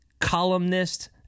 columnist